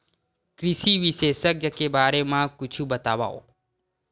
कृषि विशेषज्ञ के बारे मा कुछु बतावव?